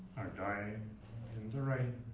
dying in the rain.